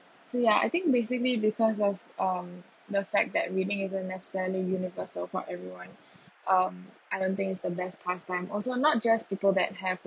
so ya I think basically because of um the fact that reading isn't necessarily universal for everyone um I don't think is the best pastime also not just people that have